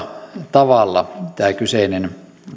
tavalla tämä kyseinen